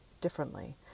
differently